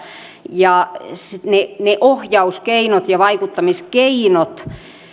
ja ne ne ohjauskeinot ja vaikuttamiskeinot